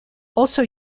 also